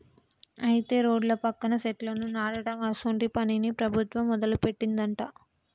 అయితే రోడ్ల పక్కన సెట్లను నాటడం అసోంటి పనిని ప్రభుత్వం మొదలుపెట్టిందట